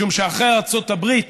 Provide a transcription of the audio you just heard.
משום שאחרי ארצות הברית